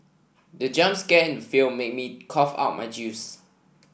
the jump scare in the film made me cough out my juice